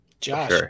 Josh